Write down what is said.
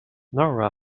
nora